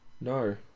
No